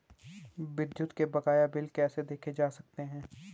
विद्युत के बकाया बिल कैसे देखे जा सकते हैं?